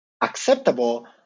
acceptable